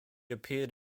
appeared